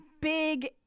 big